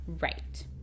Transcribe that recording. Right